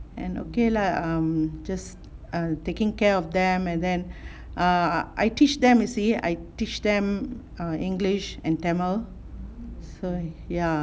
and okay lah um just err taking care of them and then err I teach them you see I teach them err english and tamil so ya